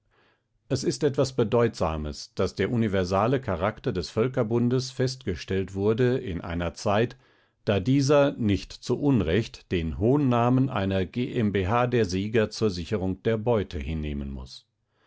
es ist etwas bedeutsames daß der universale charakter des völkerbundes festgestellt wurde in einer zeit da dieser nicht zu unrecht den hohnnamen einer g m b h der sieger zur sicherung der beute hinnehmen muß